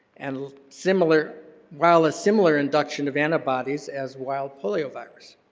and similar while a similar induction of antibodies as wild polio vax.